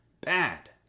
Bad